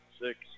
six